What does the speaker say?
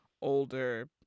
older